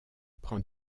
prend